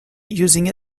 using